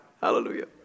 Hallelujah